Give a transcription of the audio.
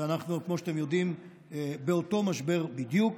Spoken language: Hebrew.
ואנחנו, כמו שאתם יודעים, באותו משבר בדיוק,